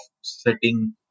setting